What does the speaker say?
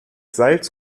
salz